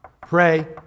Pray